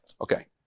Okay